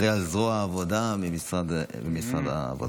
אחראי לזרוע העבודה במשרד העבודה.